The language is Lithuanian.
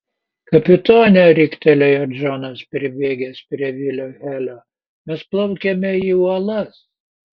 kapitone riktelėjo džonas pribėgęs prie vilio helio mes plaukiame į uolas